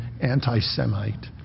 anti-Semite